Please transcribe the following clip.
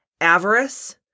avarice